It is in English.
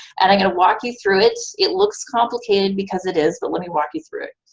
and i'm going to walk you through it it looks complicated because it is, but let me walk you through it.